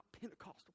Pentecostal